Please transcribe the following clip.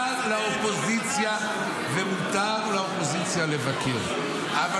ומותר לאופוזיציה לבקר -- אז המיליארד שקל מסמנים אופק חדש.